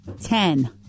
Ten